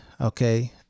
okay